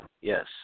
Yes